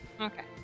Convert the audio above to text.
Okay